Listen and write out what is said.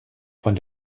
von